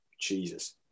Jesus